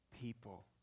people